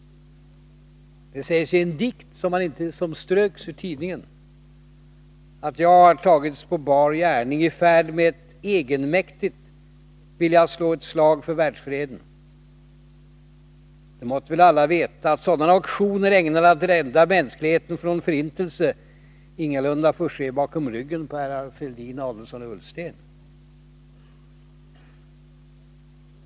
Det sägs i en dikt som ströks ur tidningen att jag har tagits på Bahr gärning, i färd med att egenmäktigt vilja slå ett slag för världsfreden. Det måtte väl alla veta att sådana aktioner, ägnade att rädda mänskligheten från förintelse, ingalunda får ske bakom ryggen på herrar Fälldin, Adelsohn och Ullsten!